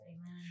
Amen